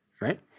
Right